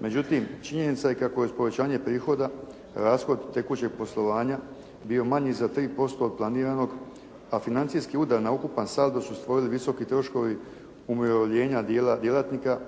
Međutim, činjenica je kako je s povećanjem prihoda rashod tekućeg poslovanja bio manji za 3% od planiranog, a financijski udar na ukupan saldo su stvorili visoki troškovi umirovljenja dijela djelatnika